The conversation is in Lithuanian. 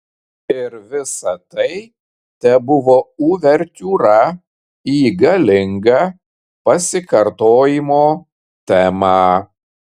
ir visa tai tebuvo uvertiūra į galingą pasikartojimo temą